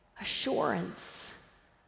assurance